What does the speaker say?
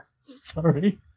Sorry